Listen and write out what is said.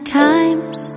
times